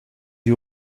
you